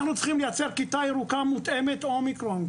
שאנחנו צריכים לייצר כיתה ירוקה מותאמת אומיקרון.